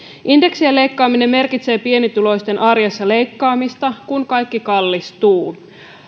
indeksien leikkaaminen merkitsee pienituloisten arjessa leikkaamista kun kaikki kallistuu